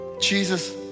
Jesus